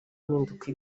mpinduka